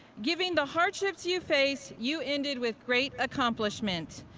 given the hardships you faced, you ended with great accomplishment.